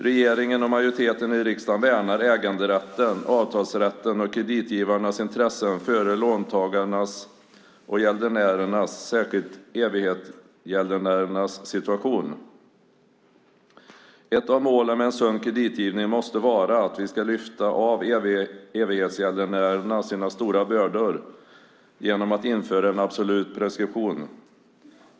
Regeringen och majoriteten i riksdagen värnar äganderätten, avtalsrätten och kreditgivarnas intressen före låntagarnas och gäldenärernas - särskilt evighetsgäldenärernas - situation. Ett av målen med en sund kreditgivning måste vara att vi ska lyfta av evighetsgäldenärerna deras stora bördor genom att införa en absolut preskription.